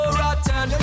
rotten